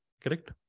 Correct